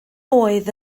oedd